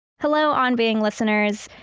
hello, on being listeners!